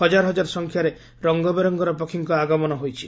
ହଜାର ହଜାର ସଂଖ୍ୟାରେ ରଙ୍ଗ ବେରଙ୍ଗର ପକ୍ଷୀଙ୍କ ଆଗମନ ହୋଇଛି